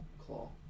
Claw